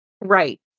right